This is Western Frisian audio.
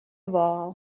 wâl